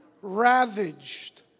ravaged